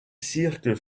cirque